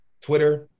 Twitter